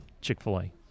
Chick-fil-A